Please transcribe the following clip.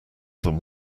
than